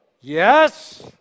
yes